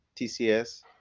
TCS